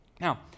Now